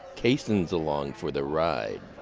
cason's along for the ride.